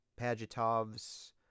pagetov's